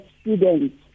students